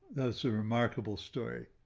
that's a remarkable story.